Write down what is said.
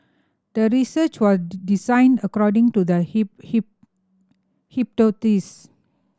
the research was designed according to the